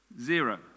Zero